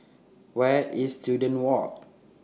Where IS Students Walk